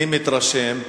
אני מתרשם,